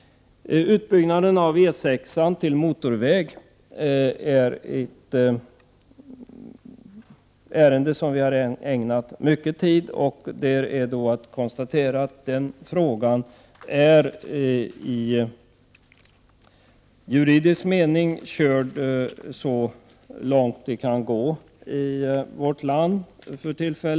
Utbyggnaden av E 6:an till motorväg är en annan fråga som vi har ägnat mycken tid. I denna fråga har man i juridisk mening gått så långt som det för tillfället är möjligt.